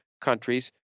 countries